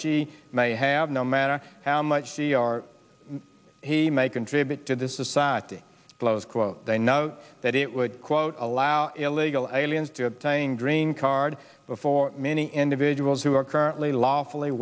she may have no matter how much c r he may contribute to this society close quote they know that it would quote allow illegal aliens to obtain green card before many individuals who are currently lawful